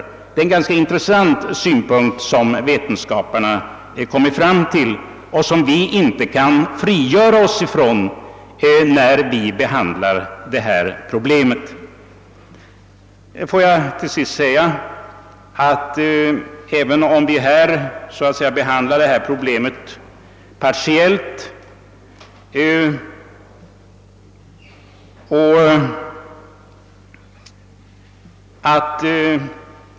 Detta är en ganska intressant synpunkt, som forskarna kommit fram till och som vi inte kan bortse från när vi behandlar detta problem. Interpellationsdebatten har endast partiellt behandlat föroreningssituationen.